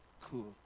cool